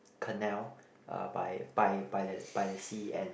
canal uh by by by the by the sea and